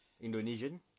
Indonesian